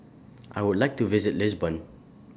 I Would like to visit Lisbon